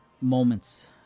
Moments